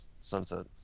sunset